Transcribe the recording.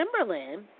Timberland